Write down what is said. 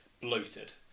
bloated